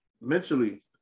mentally